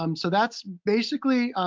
um so that's basically,